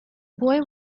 boy